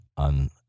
on